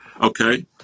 Okay